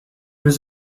was